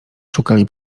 szukali